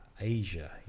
Asia